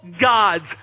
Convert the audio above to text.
gods